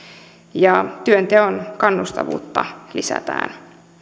ja työnteon kannustavuutta lisätään